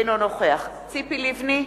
אינו נוכח ציפי לבני,